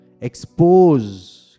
Expose